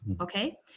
Okay